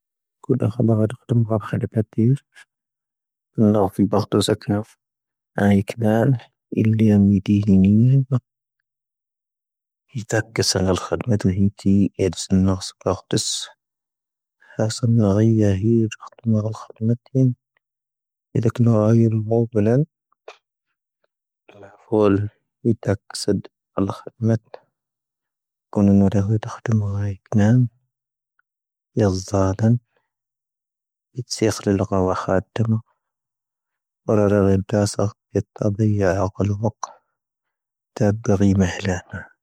ʻⴽⵓⴷ ʻⴰⴽⵀⴰ ʻⴰⴱāⵡⴰⴷ ʻⴰⴽⵀⵜⵓⵎ ʻⴰⴱⵅⴰⴷ ʻⴰⴱⴰⵜ ʻⵉⵔ ʻⵉⵍ ʻⵏⴰⵡⴼ ʻⵉⴱⴰⴽⵀⵜⵓ ʻⵣⴰⵇⵏⴰⴼ ʻⴰ'ⵉⴽⴱⴰⵏ ʻⵉⵍⵉ ʻⴰⵎⵉⴷⵉⵀ ʻⵉⵏʻⵉⵏ ʻⵉⴱⴰⴽ. ʻⵉⴷⴰⴽ ʻⴰⵙⴰⵏⴳ ʻⴰⵍ ʻⴰⴽⵎⴰⴷ ʻⵉⴷⵉ ʻⵉⵍⵉ ʻⴰⴷⵣⴻ ʻⵏⴰⵔⵙ ʾⵓⴽⵜⵓⵙ. ʻⴰⵙⴰⵏ ʻⴰ'ⵔʻⵉⴰ ʻⵀⵉ ʻⵉⴱⴰⴽ ʻⴰⴷⵎⴰⴷⴰ ʻⴰⴽⵀⵜⵓⵎ ʻⴰⵍ ʻⴰⴽⵎⴻⵏⵜⵉⵏ ʻⵉⵍⵉ ʻⴰⴽⵏⴰⵡ ʻⴰ'ⵉⵍ ʻⵎⴰⵡ ⴱⵉⵍⴰⵏ ʻⴰ'ⵍ ʻⴰⵡⵉⵍ ʻⵉⴷⴰⴽ ʾⴰⵙⴰⴷ ʻⴰⵍ ʻⴰⴽⵎⴰⴷ ʻⴰⴽⵀⵜⵓⵎ ʻⴰ'ⵉⴽⵏⴰⵎ ʻⵍʻⵉⵣⵅⴰⵍⴰⵏ ʻⵉⵜ ʻⵙʻⴰⴽⵀⵍ ʻⴰⵍ ʻⵡⴰⴽⴰⴷ ʻⵜⵓⵎⴱⵓ,. ڈⴰⵔⴰⵍⴰ ڈⴰⵙⵅ ڈⵜⴰⴱڈیⴰ ڈⴰⵡڑⵍ ڈⵇ. ڈⴰⴷڈⵔی ڈⵎⵃⵍⴰⵏ.